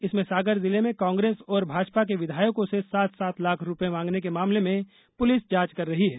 इसमें सागर जिले में कांग्रेस और भाजपा के विधायकों से सात सात लाख मांगने के मामले में पुलिस जांच कर रही है